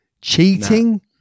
cheating